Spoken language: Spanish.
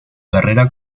carrera